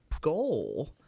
goal